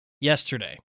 yesterday